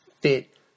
fit